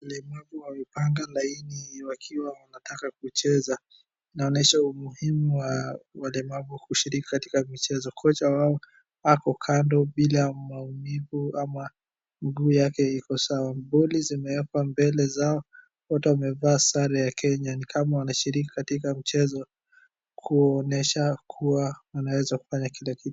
Walamavu wamepanga laini wakiwa wanataka kucheza. Inaonyesha umuhimu wa walemavu kushiriki katika michezo. Kocha wao ako kando bila maumivu ama miguu yake iko sawa. Bole zimeekwa mbele zao, wote wamevaa sare za Kenya. Ni kama wanashiriki katika mchezo kuonyesha kuwa wanaweza kufanya kila kitu.